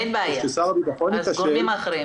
ששר הביטחון ייכשל,